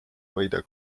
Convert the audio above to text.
hoida